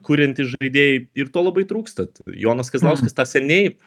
kuriantys žaidėjai ir to labai trūksta jonas kazlauskas tą seniai